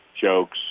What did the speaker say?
jokes